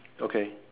okay